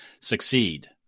succeed